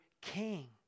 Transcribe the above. king